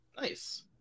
Nice